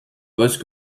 voice